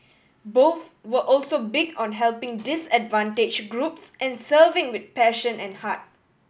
both were also big on helping disadvantaged groups and serving with passion and heart